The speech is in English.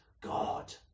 God